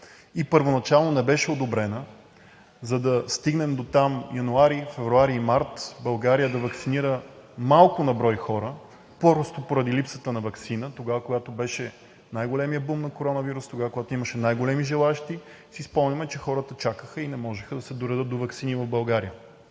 и първоначално не беше одобрена, за да стигнем дотам, че януари, февруари и март България да ваксинира малко на брой хора, просто поради липсата на ваксина тогава, когато беше най-големият бум на коронавируса, тогава, когато имаше най много желаещи, спомняме си, че хората чакаха и не можеха да се доредят до ваксини в България.